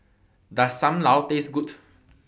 Does SAM Lau Taste Good